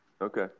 Okay